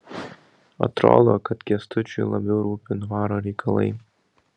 atrodo kad kęstučiui labiau rūpi dvaro reikalai